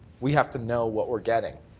we have to know what we're getting.